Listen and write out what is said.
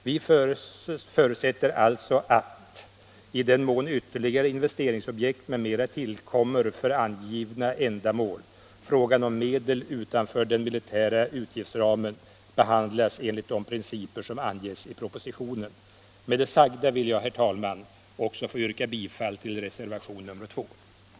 Vi förutsätter alltså ”att — i den mån ytterligare investeringsobjekt m.m. tillkommer för angivna ändamål — frågan om ytterligare medel utanför den militära utgiftsramen behandlas enligt de principer som angetts i propositionen”. Med det sagda vill jag, herr talman, också yrka bifall till reservationen i.e